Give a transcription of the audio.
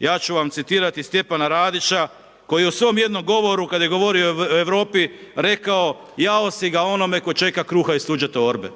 Ja ću vam citirati Stjepana Radića koji u svom jednom govoru, kad je govorio o Europi rekao jao si ga onome tko čeka kruha iz tuđe torbe.